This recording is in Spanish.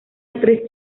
actriz